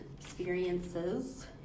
experiences